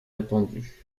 répandu